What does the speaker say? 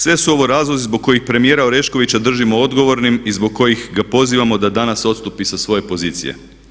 Sve su ovo razlozi zbog kojih premijera Oreškovića držimo odgovornim i zbog kojih ga pozivamo da danas odstupi sa svoje pozicije.